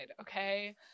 okay